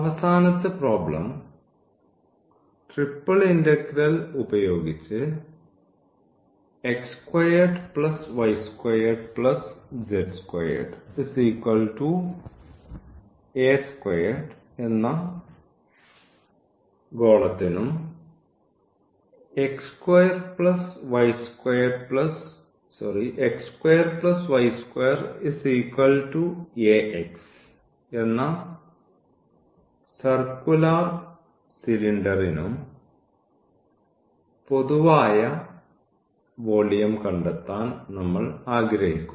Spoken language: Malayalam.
അവസാനത്തെ പ്രോബ്ലം ട്രിപ്പിൾ ഇന്റഗ്രൽ ഉപയോഗിച്ച് എന്ന ഗോളത്തിനും എന്ന സർക്കുലർ സിലിണ്ടറിനും പൊതുവായ വോളിയം കണ്ടെത്താൻ നമ്മൾ ആഗ്രഹിക്കുന്നു